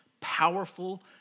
powerful